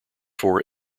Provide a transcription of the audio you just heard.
four